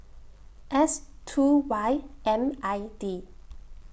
S two Y M I D